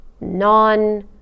non